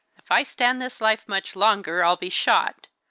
if i stand this life much longer, i'll be shot!